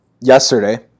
yesterday